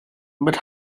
but